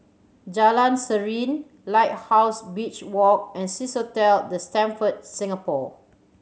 Jalan Serene Lighthouse Beach Walk and Swissotel The Stamford Singapore